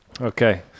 Okay